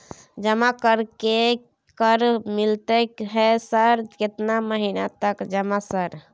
जमा कर के की कर मिलते है सर केतना महीना तक जमा सर?